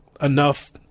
enough